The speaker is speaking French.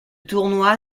tournoi